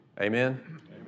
Amen